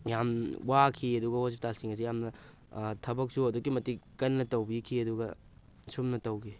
ꯌꯥꯝ ꯋꯥꯈꯤ ꯑꯗꯨꯒ ꯍꯣꯁꯄꯤꯇꯥꯜꯁꯤꯡ ꯑꯁꯦ ꯌꯥꯝꯅ ꯊꯕꯛꯁꯨ ꯑꯗꯨꯒꯤ ꯃꯇꯤꯛ ꯀꯟꯅ ꯇꯧꯕꯤꯈꯤ ꯑꯗꯨꯒ ꯑꯁꯨꯝꯅ ꯇꯧꯈꯤ